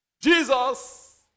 Jesus